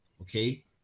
okay